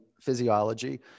physiology